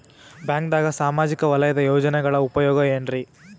ಬ್ಯಾಂಕ್ದಾಗ ಸಾಮಾಜಿಕ ವಲಯದ ಯೋಜನೆಗಳ ಉಪಯೋಗ ಏನ್ರೀ?